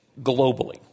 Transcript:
globally